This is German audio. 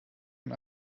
und